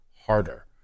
harder